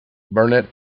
burnet